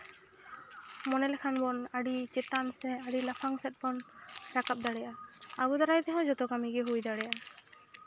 ᱢᱚᱱᱮ ᱞᱮᱠᱷᱟᱱ ᱵᱚᱱ ᱟᱹᱰᱤ ᱪᱮᱛᱟᱱ ᱥᱮᱱ ᱥᱮ ᱟᱹᱰᱤ ᱞᱟᱯᱷᱟᱝ ᱥᱮᱫ ᱵᱚᱱ ᱨᱟᱠᱟᱵ ᱫᱟᱲᱭᱟᱜᱼᱟ ᱟᱵᱚ ᱫᱟᱨᱟᱭ ᱛᱮᱦᱚᱸ ᱡᱚᱛᱚ ᱠᱟᱹᱢᱤ ᱜᱮ ᱦᱩᱭ ᱫᱟᱲᱮᱭᱟᱜᱼᱟ